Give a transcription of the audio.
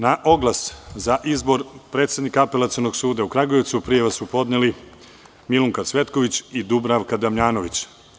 Na oglas za izbor predsednika Apelacionog suda u Kragujevcu prijave su podneli: Milunka Cvetković i Dubravka Damjanović.